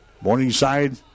Morningside